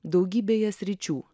daugybėje sričių